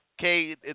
Okay